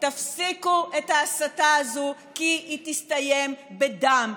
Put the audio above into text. תפסיקו את ההסתה הזאת כי היא תסתיים בדם,